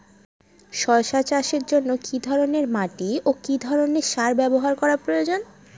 শশা চাষের জন্য কি ধরণের মাটি ও কি ধরণের সার ব্যাবহার করা প্রয়োজন?